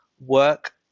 work